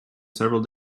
several